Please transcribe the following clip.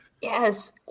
Yes